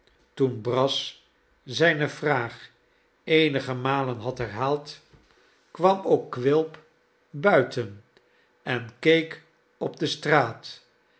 toen brass zijne vraag eenige malen had herhaald kwam ook quilp buiten en keek op de straat